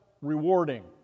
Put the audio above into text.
rewarding